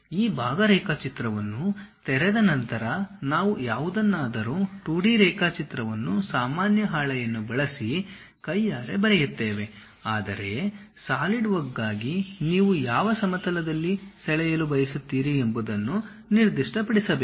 ಈ ಭಾಗ ರೇಖಾಚಿತ್ರವನ್ನು ತೆರೆದ ನಂತರ ನಾವು ಯಾವುದನ್ನಾದರೂ 2D ರೇಖಾಚಿತ್ರವನ್ನು ಸಾಮಾನ್ಯ ಹಾಳೆಯನ್ನು ಬಳಸಿ ಕೈಯಾರೆ ಬರೆಯುತ್ತೇವೆಆದರೆ ಸಾಲಿಡ್ವರ್ಕ್ಗಾಗಿ ನೀವು ಯಾವ ಸಮತಲದಲ್ಲಿ ಸೆಳೆಯಲು ಬಯಸುತ್ತೀರಿ ಎಂಬುದನ್ನು ನಿರ್ದಿಷ್ಟಪಡಿಸಬೇಕು